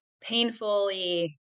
painfully